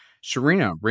Serena